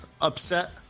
upset